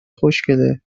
خوشگله